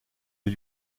les